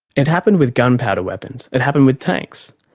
it happened with gunpowder weapons, it happened with tanks.